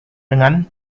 dengan